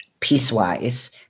piecewise